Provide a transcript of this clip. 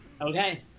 Okay